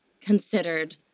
considered